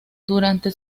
durante